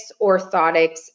Orthotics